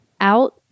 out